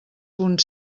punt